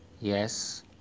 yes